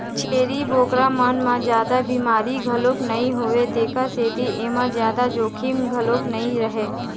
छेरी बोकरा मन म जादा बिमारी घलोक नइ होवय तेखर सेती एमा जादा जोखिम घलोक नइ रहय